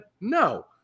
No